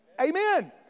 Amen